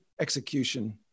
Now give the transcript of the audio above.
execution